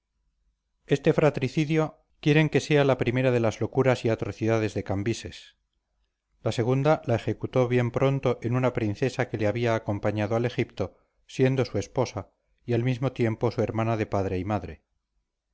este fratricidio quieren que sea la primera de las locuras y atrocidades de cambises la segunda la ejecutó bien pronto en una princesa que le había acompañado al egipto siendo su esposa y al mismo tiempo su hermana de padre y madre